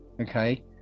okay